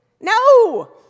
No